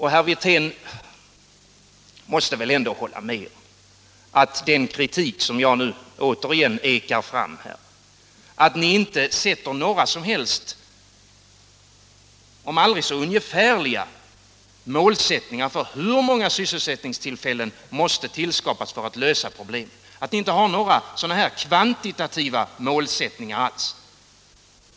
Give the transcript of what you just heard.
Herr Wirtén måste ändå hålla med om det berättigade i den kritik som jag nu åter ekar fram mot att ni inte sätter upp några som helst, om aldrig så ungefärliga, mål för hur många sysselsättningstillfällen som måste skapas för att lösa problemen. Ni har inga kvantativa mål.